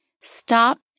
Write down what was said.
stop